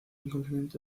incumplimiento